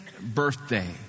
birthday